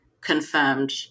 confirmed